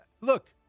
look